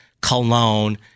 cologne